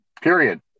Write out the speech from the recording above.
Period